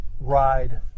ride